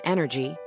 Energy